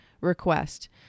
request